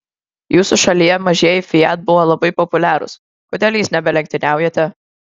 jūsų šalyje mažieji fiat buvo labai populiarūs kodėl jais nebelenktyniaujate